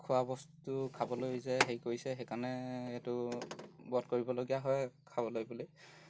খোৱাবস্তু খাবলৈ যে হেৰি কৰিছে সেইকাৰণে এইটো বধ কৰিবলগীয়া হয় খাবলৈ বুলি